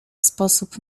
sposób